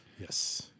Yes